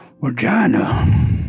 vagina